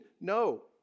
No